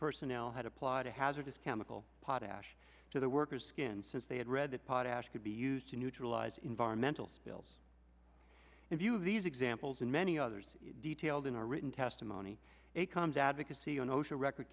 personnel had applied a hazardous chemical potash to the workers skin since they had read that potash could be used to neutralize environmental spills in few of these examples and many others detailed in our written testimony it comes advocacy on osha record